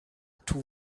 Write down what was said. too